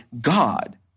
God